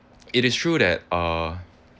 it is true that uh